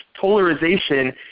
polarization